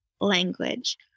language